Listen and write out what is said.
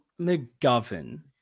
McGovern